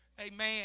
Amen